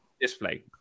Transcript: display